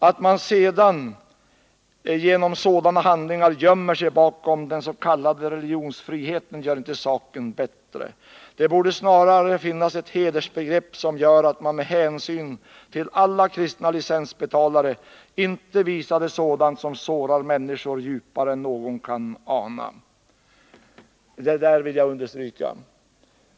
Att man sedan genom sådana handlingar gömmer sig bakom den s.k. religionsfriheten gör inte saken bättre. Det borde snarare finnas ett hedersbegrepp som gör att man med hänsyn till alla kristna licensbetalare inte visade sådant som sårar människor djupare än någon kan ana.” Detta vill jag understryka.